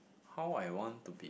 how I want to be